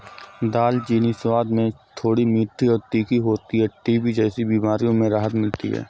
दालचीनी स्वाद में थोड़ी मीठी और तीखी होती है टीबी जैसी बीमारियों में राहत मिलती है